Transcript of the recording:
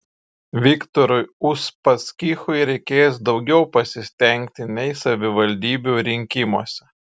viktorui uspaskichui reikės daugiau pasistengti nei savivaldybių rinkimuose